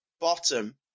Bottom